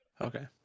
Okay